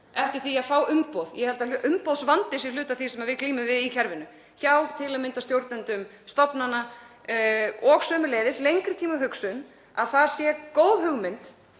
eftir því að fá umboð. Ég held að umboðsvandi sé hluti af því sem við glímum við í kerfinu, hjá til að mynda stjórnendum stofnana, og sömuleiðis lengri tíma hugsun, að það sé góð hugmynd